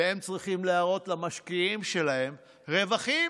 והם צריכים להראות למשקיעים שלהם רווחים.